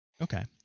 Okay